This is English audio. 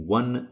one